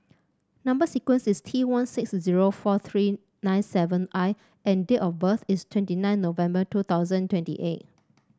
number sequence is T one six zero four three nine seven I and date of birth is twenty nine November two thousand twenty eight